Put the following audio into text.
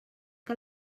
que